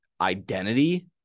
identity